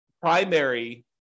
primary